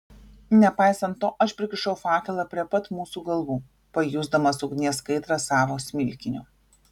nepaisant to aš prikišau fakelą prie pat mūsų galvų pajusdamas ugnies kaitrą savo smilkiniu